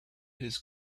his